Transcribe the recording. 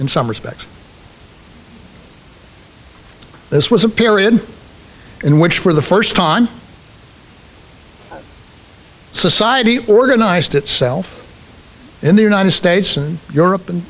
in some respects this was a period in which for the first time on society organized itself in the united states and europe